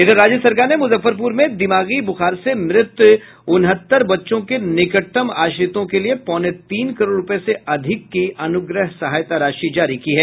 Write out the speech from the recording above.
उधर राज्य सरकार ने मुजफ्फरपुर में दिमागी बुखार से मृत उनहत्तर बच्चों के निकटतम आश्रितों के लिए पौने तीन करोड रुपये से अधिक की अनुग्रह सहायता राशि जारी की है